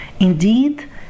indeed